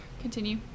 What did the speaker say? Continue